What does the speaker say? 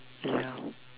mm ya